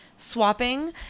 swapping